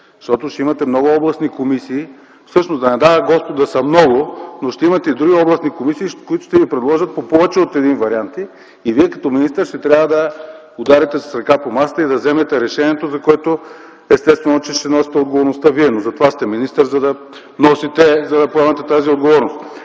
Защото ще имате много областни комисии. Всъщност да не дава Господ да са много, но ще имате и други областни комисии, които ще ви предложат по повече от един вариант и Вие, като министър, ще трябва да ударите с ръка по масата и да вземете решението, за което естествено, че Вие ще носите отговорността. Но затова сте министър, за да поемете тази отговорност.